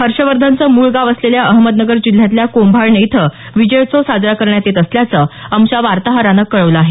हर्षवर्धनचं मूळ गाव असलेल्या अहमदनगर जिल्ह्यातल्या कोंभाळणे इथं विजयोत्सव साजरा करण्यात येत असल्याचं आमच्या वार्ताहरानं कळवलं आहे